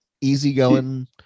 easygoing